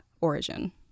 origin